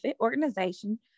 organization